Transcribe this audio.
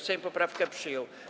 Sejm poprawkę przyjął.